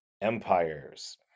empires